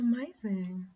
Amazing